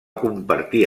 compartir